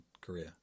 Korea